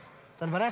רוצה לברך?